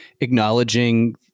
acknowledging